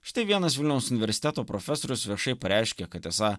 štai vienas vilniaus universiteto profesorius viešai pareiškė kad esą